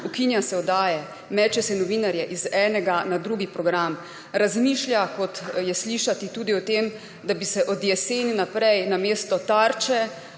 Ukinja se oddaje, meče se novinarje iz enega na drugi program, razmišlja, kot je slišati tudi o tem, da bi se od jeseni naprej namesto Tarče